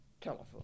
telephone